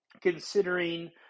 considering